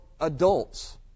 adults